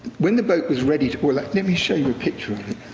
when the boat was ready to or like, let me show you a picture of it.